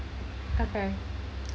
okay